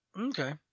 Okay